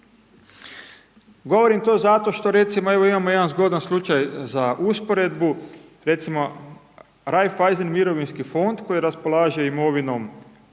Govorim to zato što recimo, evo imamo jedan zgodan slučaj za usporedbu, recimo Raiffeisen mirovinski fond, koji raspolaže imovinom